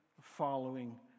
following